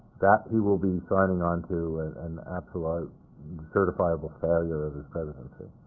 that he will be signing onto and an absolute certifiable failure of his presidency.